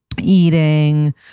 eating